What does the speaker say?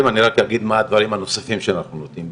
אגיד מה הדברים הנוספים שאנחנו נותנים.